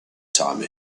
time